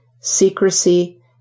secrecy